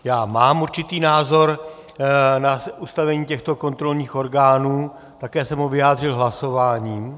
Já mám určitý názor na ustavení těchto kontrolních orgánů, také jsem ho vyjádřil hlasováním.